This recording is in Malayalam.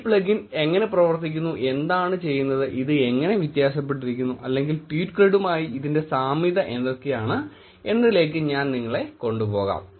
ഈ പ്ലഗിൻ എങ്ങനെ പ്രവർത്തിക്കുന്നു എന്താണ് ചെയ്യുന്നത് ഇത് എങ്ങനെ വ്യത്യാസപ്പെട്ടിരിക്കുന്നു അല്ലെങ്കിൽ ട്വീറ്റ് ക്രെഡുമായി ഇതിന്റെ സാമ്യത എന്തൊക്കെയാണ് എന്നതിലേക്ക് ഞാൻ നിങ്ങളെ കൊണ്ടുപോകാം